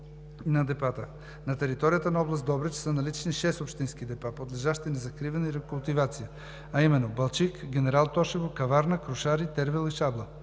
На територията на област Добрич са налични шест общински депа, подлежащи на закриване и рекултивация, а именно: Балчик, Генерал Тошево, Каварна, Крушаре, Тервел и Шабла.